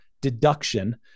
deduction